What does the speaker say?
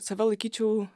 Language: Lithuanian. save laikyčiau